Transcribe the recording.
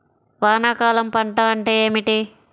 వానాకాలం పంట అంటే ఏమిటి?